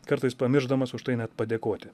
kartais pamiršdamas už tai net padėkoti